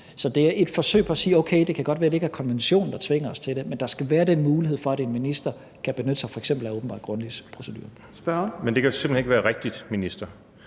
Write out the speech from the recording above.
Så det er et forsøg på at sige: Okay, det kan godt være, at det ikke er konventionen, der tvinger os til det, men der skal være muligheden for, at en minister kan benytte sig af f.eks. åbenbart grundløs-proceduren. Kl. 14:37 Fjerde næstformand